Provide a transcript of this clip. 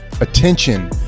Attention